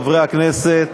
חברי הכנסת,